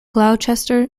gloucester